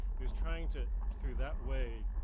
he's trying to, through that way,